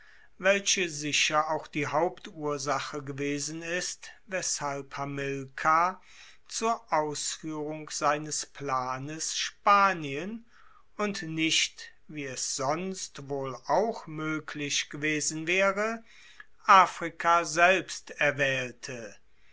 welche sicher auch die hauptursache gewesen ist weshalb hamilkar zur ausfuehrung seines planes spanien und nicht wie es sonst wohl auch moeglich gewesen waere afrika selbst erwaehlte